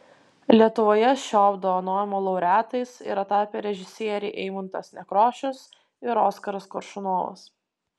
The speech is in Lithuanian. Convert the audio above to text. lietuvoje šio apdovanojimo laureatais yra tapę režisieriai eimuntas nekrošius ir oskaras koršunovas